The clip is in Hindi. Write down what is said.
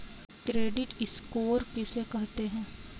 क्रेडिट स्कोर किसे कहते हैं?